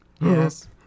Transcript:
Yes